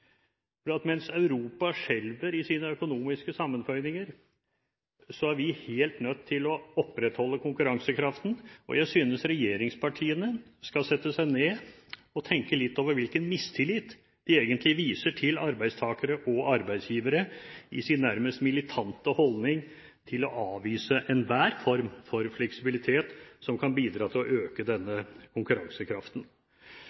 Mens Europa skjelver i sine økonomiske sammenføyninger, er vi helt nødt til å opprettholde konkurransekraften. Jeg synes regjeringspartiene skal sette seg ned og tenke litt over hvilken mistillit de egentlig viser arbeidstakere og arbeidsgivere gjennom sin nærmest militante holdning med hensyn til å avvise enhver form for fleksibilitet som kan bidra til å øke